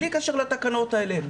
בלי קשר לתקנות האלה.